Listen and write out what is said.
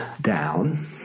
down